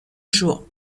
jour